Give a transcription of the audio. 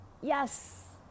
yes